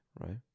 right